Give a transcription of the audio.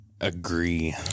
agree